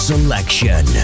Selection